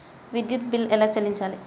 విద్యుత్ బిల్ ఎలా చెల్లించాలి?